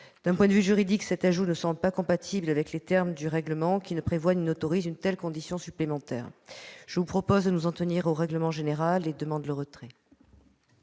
D'un point de vue juridique, cet ajout ne semble pas compatible avec les termes du règlement, qui ne prévoit ni n'autorise une telle condition supplémentaire. En conséquence, je vous propose de nous en tenir au règlement général et sollicite le retrait